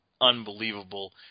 unbelievable